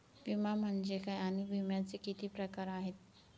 विमा म्हणजे काय आणि विम्याचे किती प्रकार आहेत?